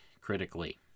critically